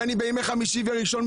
ובימי חמישי וראשון,